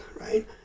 right